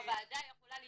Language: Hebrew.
שהוועדה י כולה להתכנס.